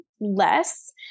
less